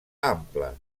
ampla